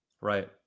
right